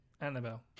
Annabelle